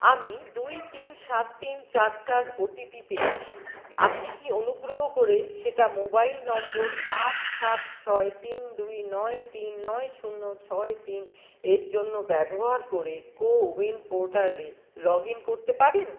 আমি দুই তিন সাত তিন চার চার ও টি পি পেয়েছি আপনি কি অনুগ্রহ করে সেটা মোবাইল নম্বর আট সাত ছয় তিন দুই নয় তিন নয় শূন্য ছয় তিন এর জন্য ব্যবহার করে কোউইন পোর্টালে লগ ইন করতে পারেন